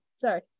Sorry